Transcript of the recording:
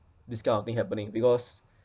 this kind of thing happening because